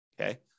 Okay